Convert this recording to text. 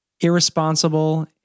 irresponsible